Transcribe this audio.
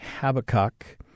Habakkuk